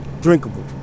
drinkable